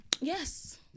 Yes